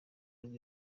nibwo